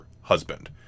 husband